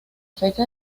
fecha